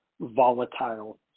volatile